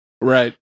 right